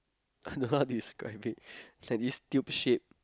I don't know how to describe it's like this tube shape